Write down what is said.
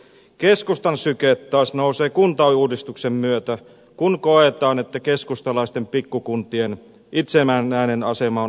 keskustan syke taas nousee kuntauudistuksen myötä kun koetaan että keskustalaisten pikkukuntien itsenäinen asema on uhattuna